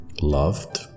loved